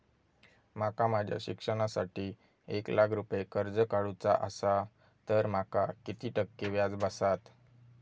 माका माझ्या शिक्षणासाठी एक लाख रुपये कर्ज काढू चा असा तर माका किती टक्के व्याज बसात?